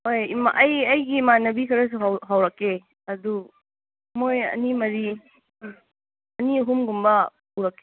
ꯍꯣꯏ ꯑꯩꯒꯤ ꯏꯃꯥꯟꯅꯕꯤ ꯈꯔꯁꯨ ꯍꯧꯔꯛꯀꯦ ꯑꯗꯨ ꯃꯣꯏ ꯑꯅꯤ ꯃꯔꯤ ꯑꯅꯤ ꯑꯍꯨꯝꯒꯨꯝꯕ ꯄꯨꯔꯛꯀꯦ